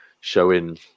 showing